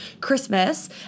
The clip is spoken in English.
Christmas